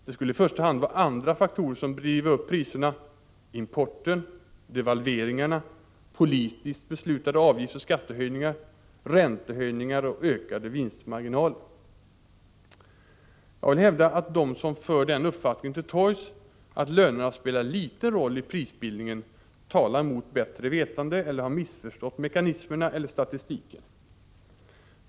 Det skulle i första hand vara andra faktorer som driver upp priserna: importen, devalveringarna, politiskt beslutade avgiftsoch skattehöjningar, räntehöjningar och ökade vinstmarginaler. Jag vill hävda att de som torgför uppfattningen att lönerna spelar liten roll i prisbildningen talar mot bättre vetande eller har missförstått mekanismerna eller statistiken.